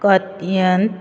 खात्यांत